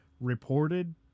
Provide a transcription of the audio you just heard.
reported